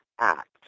act